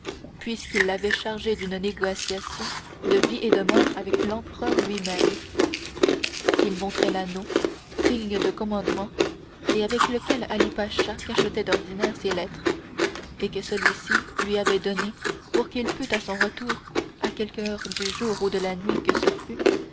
puisqu'il l'avait chargé d'une négociation de vie et de mort avec l'empereur lui-même il montra l'anneau signe de commandement et avec lequel ali pacha cachetait d'ordinaire ses lettres et que celui-ci lui avait donné pour qu'il pût à son retour à quelque heure du jour ou de la nuit que ce fût